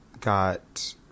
got